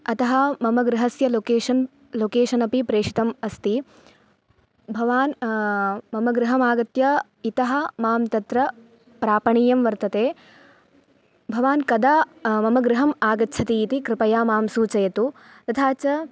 अतः मम गृहस्य लोकेशन् लोकेशन् अपि प्रेषितम् अस्ति भवान् मम गृहमागत्य इतः मां तत्र प्रापणीयं वर्तते भवान् कदा मम गृहम् आगच्छति इति कृपया मां सूचयतु तथा च